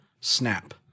snap